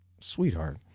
sweetheart